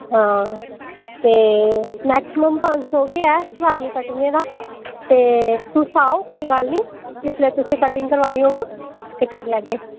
हां ते मैकसिमम पंज सौ गै ऐ सारियें कटिंग दा ते तुस आओ कोई गल्ल नी जिसलै तुसें कटिंग करवानी होग ते करी लैगे